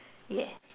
yeah